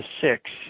six